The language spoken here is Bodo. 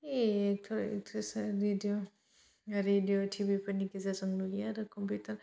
एक्टर एकट्रिसआ भिडिअ' रेदिअ' टि भि फोरनि गोजा जों नुयो आरो कम्पिउटार